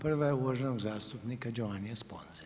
Prva je uvaženog zastupnika Giovannia Sponze.